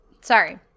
sorry